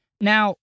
Now